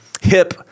hip